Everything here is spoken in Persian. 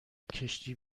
کشتی